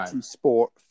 Sport